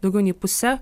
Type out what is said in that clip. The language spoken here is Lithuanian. daugiau nei puse